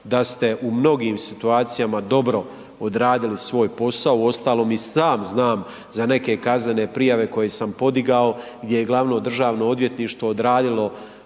da ste u mnogim situacijama dobro odradili svoj posao, uostalom i sam znam za neke kaznene prijave koje sam podigao gdje je DORH dobro odradilo